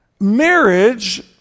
Marriage